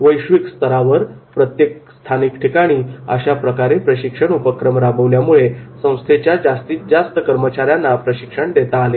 वैश्विकस्तरावर प्रत्येक स्थानिक ठिकाणी अशाप्रकारचे प्रशिक्षण उपक्रम राबविल्यामुळे संस्थेच्या जास्तीत जास्त कर्मचाऱ्यांना प्रशिक्षण देता आले